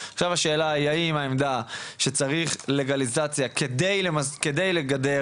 עכשיו השאלה היא האם העמדה שצריך לגליזציה כדי לגדר,